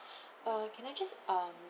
uh can I just um